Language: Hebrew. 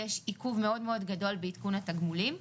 יש עיכוב מאוד מאוד גדול בעדכון התגמולים.